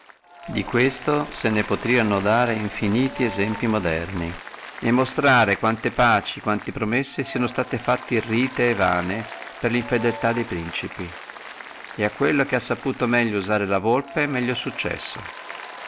di questo se ne potrebbe dare infiniti esempli moderni e monstrare quante pace quante promesse sono state fatte irrite e vane per la infedelità de principi e quello che ha saputo meglio usare la golpe è meglio